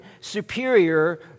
superior